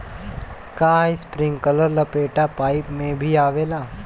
का इस्प्रिंकलर लपेटा पाइप में भी आवेला?